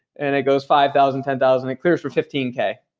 and it goes five thousand, ten thousand, it clears for fifteen k.